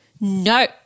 No